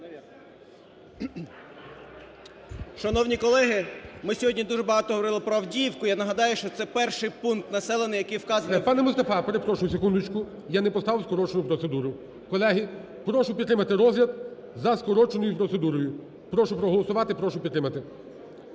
Шановні колеги, ми сьогодні дуже багато говорили про Авдіївку. Я нагадаю, що це перший пункт населений, який вказаний… ГОЛОВУЮЧИЙ. Пане Мустафа, перепрошую, секундочку, я не поставив скорочену процедуру. Колеги, прошу підтримати розгляд за скороченою процедурою. Прошу проголосувати, прошу підтримати.